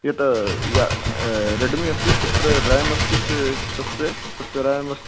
यत् य रेड्मि अस्ति तत्र रेम् अस्ति तस्य तस्य रेम् अस्ति